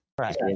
Right